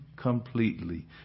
completely